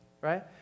right